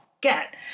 get